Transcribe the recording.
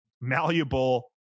malleable